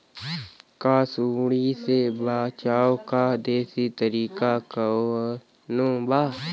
का सूंडी से बचाव क देशी तरीका कवनो बा?